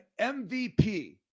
MVP